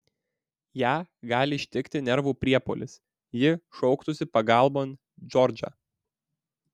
ją gali ištikti nervų priepuolis ji šauktųsi pagalbon džordžą